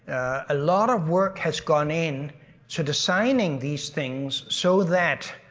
a lot of work has gone in to designing these things so that.